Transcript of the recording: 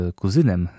kuzynem